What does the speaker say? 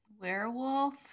werewolf